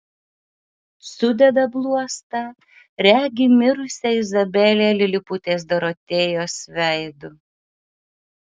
sudeda bluostą regi mirusią izabelę liliputės dorotėjos veidu